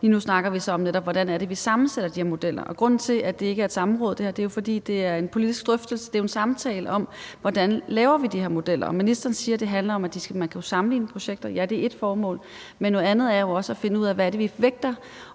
vi så netop om, hvordan det er, vi sammensætter de her modeller, og grunden til, at det her spørgsmål ikke er stillet i et samråd, er jo, at det er en politisk drøftelse. Det er jo en samtale om, hvordan vi laver de her modeller. Og ministeren siger, at det handler om, at man skal kunne sammenligne projekter. Ja, det er ét formål, men noget andet er jo også at finde ud af, hvad det er,